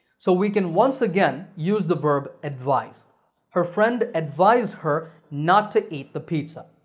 so, we can once again use the verb advise her friend advised her not to eat the pizza.